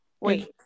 wait